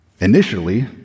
Initially